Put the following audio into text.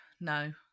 no